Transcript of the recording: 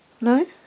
No